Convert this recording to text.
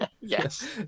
yes